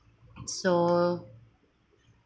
so